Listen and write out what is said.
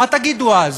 מה תגידו אז?